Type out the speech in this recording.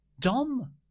dom